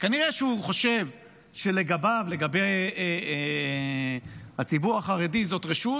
כנראה שהוא חושב שלגבי הציבור החרדי זאת רשות